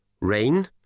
rain